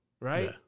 right